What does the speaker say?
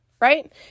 right